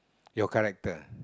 your character